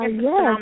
Yes